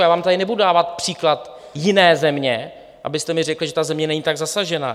Já vám tady nebudu dávat příklad jiné země, abyste mi řekli, že ta země není tak zasažená.